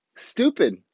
Stupid